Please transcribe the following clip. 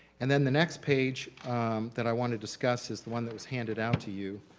and then the next page that i wanna discuss is the one that was handed out to you